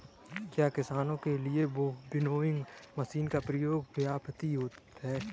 क्या किसानों के लिए विनोइंग मशीन का प्रयोग किफायती है?